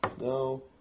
No